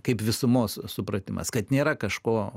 kaip visumos supratimas kad nėra kažko